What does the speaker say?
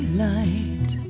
light